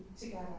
together